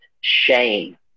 shame